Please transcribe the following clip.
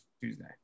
Tuesday